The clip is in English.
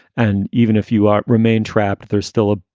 and even if you are remain trapped, there's still a,